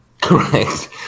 correct